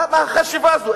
מה החשיבה הזאת?